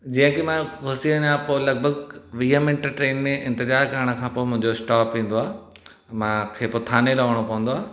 जीअं की मां घुसी वञा पोइ लॻिभॻ वींह मिंट ट्रेन में इंतज़ार करण खां पोइ मुंहिंजो स्टॉप ईंदो आहे मां खे पोइ थाने लहुणो पवंदो आहे